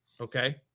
Okay